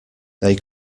they